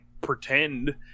pretend